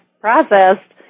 processed